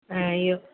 ऐं इहो